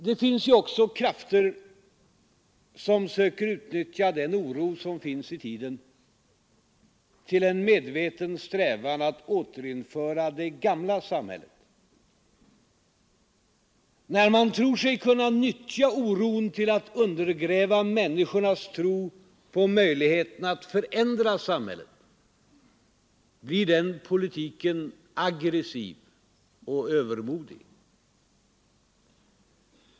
Det finns också krafter som söker utnyttja den oro som ligger i tiden till en medveten strävan att återinföra det gamla samhället. När man tror sig kunna utnyttja oron till att undergräva människornas tro på möjligheten att förändra samhället blir den politiken aggressiv och övermodig.